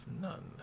none